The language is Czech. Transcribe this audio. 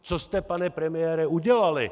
Co jste, pane premiére, udělali?